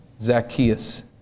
Zacchaeus